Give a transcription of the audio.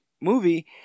movie